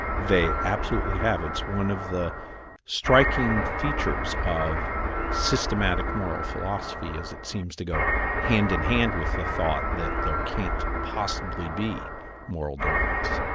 they absolutely have. it's one of the striking features of systematic moral philosophy is it seems to go hand in hand with the thought that there can't possibly moral dilemmas.